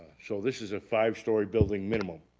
so this is a five story building minimum,